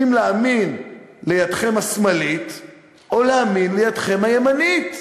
אם להאמין לידכם השמאלית או להאמין לידכם הימנית.